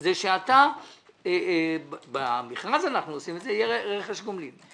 זה שבמכרז שאנחנו עושים יהיה רכש גומלין.